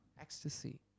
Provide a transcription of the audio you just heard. Ecstasy